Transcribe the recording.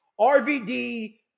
RVD